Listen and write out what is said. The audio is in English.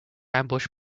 ambushed